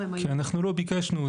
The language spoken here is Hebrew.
כי אנחנו לא ביקשנו.